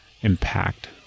impact